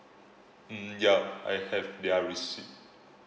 mm yup I have their receipt